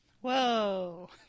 Whoa